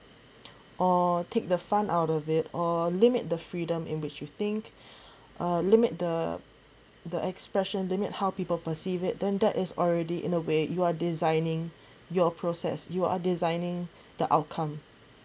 or take the fun out of it or limit the freedom in which you think uh limit the the expression limit how people perceive it then that is already in a way you are designing your process you are designing the outcome